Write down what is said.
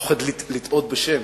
פוחד לטעות בשם.